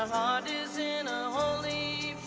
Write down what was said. um and is in a holy